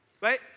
Right